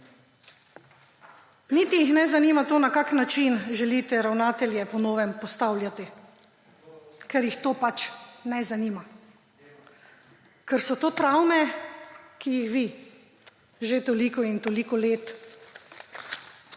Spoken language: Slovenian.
Niti jih ne zanima to, na kakšen način želite ravnatelje po novem postavljati, ker jih to pač ne zanima, ker so to travme, ki jih vi že toliko in toliko let, cel